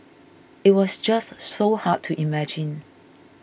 it was just so hard to imagine